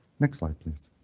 next slide, please.